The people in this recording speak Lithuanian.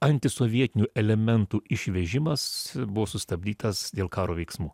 antisovietinių elementų išvežimas buvo sustabdytas dėl karo veiksmų